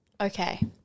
Okay